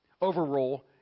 Overrule